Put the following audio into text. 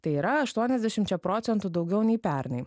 tai yra aštuoniasdešimčia procentų daugiau nei pernai